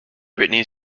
britney